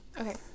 Okay